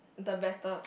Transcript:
the better